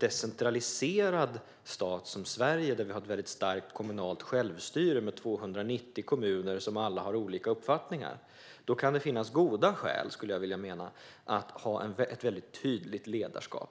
decentraliserad stat som Sverige, där vi har ett starkt kommunalt självstyre med 290 kommuner som alla har olika uppfattningar. Då kan det finnas goda skäl, menar jag, att ha ett tydligt ledarskap.